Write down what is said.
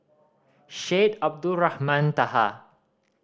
Syed Abdulrahman Taha